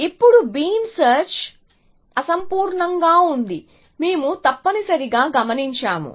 ఇప్పుడు beam search అసంపూర్ణంగా ఉంది మేము తప్పనిసరిగా గమనించాము